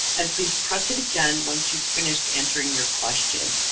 and please press it again once you finished answering your question.